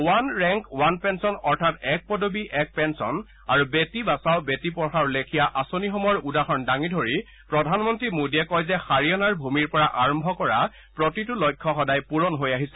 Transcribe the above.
one rank one pension অৰ্থাৎ এক পদবী এক পেন্সন আৰু বেটী বচাও বেটী পঢ়াওৰ লেখীয়া আঁচনিসমূহৰ উদাহৰণ দাঙি ধৰি প্ৰধানমন্ত্ৰী মোদীয়ে কয় যে হাৰিয়ানাৰ ভূমিৰ পৰা আৰম্ভ কৰা প্ৰতিটো লক্ষ্য সদায় পুৰণ হৈ আহিছে